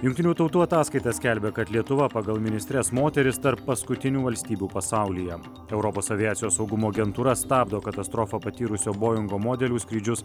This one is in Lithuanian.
jungtinių tautų ataskaita skelbia kad lietuva pagal ministres moteris tarp paskutinių valstybių pasaulyje europos aviacijos saugumo agentūra stabdo katastrofą patyrusio boingo modelių skrydžius